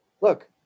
look